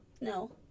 no